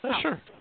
Sure